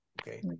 Okay